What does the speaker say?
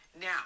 Now